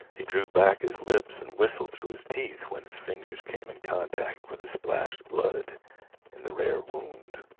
he drew back his lips and whistled through his teeth when his fingers came in contact with the splashed blood and the rare wound.